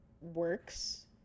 works